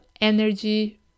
energy